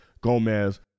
Gomez